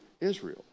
Israel